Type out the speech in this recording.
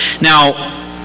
now